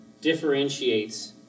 differentiates